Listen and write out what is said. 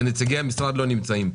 ונציגי המשרד לא נמצאים פה.